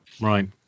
Right